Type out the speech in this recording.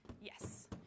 Yes